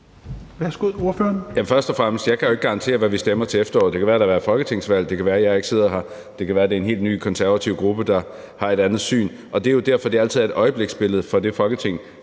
jeg jo ikke kan garantere, hvad vi stemmer til efteråret. Det kan jo være, der har været folketingsvalg. Det kan være, at jeg ikke sidder her. Det kan være, at det er en helt ny konservativ gruppe, der har et andet syn. Det er jo derfor, det altid er et øjebliksbillede fra det Folketing,